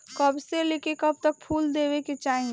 कब से लेके कब तक फुल देवे के चाही?